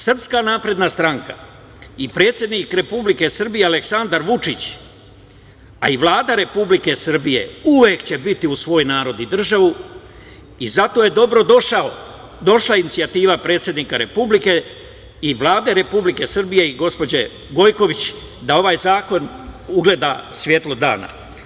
Srpska napredna stranka i predsednik Republike Srbije Aleksandar Vučić, a i Vlada Republike Srbije uvek će biti uz svoj narod i državu i zato je dobrodošla inicijativa predsednika Republike i Vlade Republike Srbije i gospođe Gojković, da ovaj zakon ugleda svetlo dana.